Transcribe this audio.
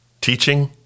teaching